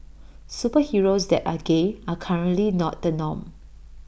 superheroes that are gay are currently not the norm